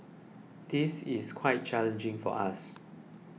this is quite challenging for us